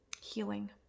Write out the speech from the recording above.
healing